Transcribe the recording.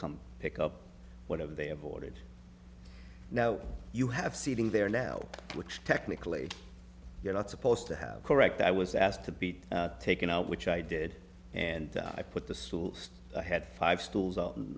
come pick up whatever they avoided now you have sitting there now which technically you're not supposed to have correct i was asked to beat taken out which i did and i put the school i had five stools o